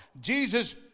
Jesus